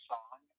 Song